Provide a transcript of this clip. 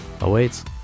awaits